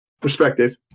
Perspective